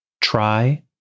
Try